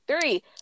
three